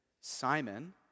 Simon